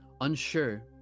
unsure